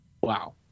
Wow